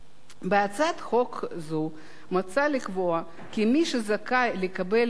בהצעת חוק זו מוצע לקבוע כי מי שזכאי לקבל תואר